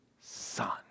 Son